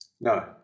No